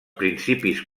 principis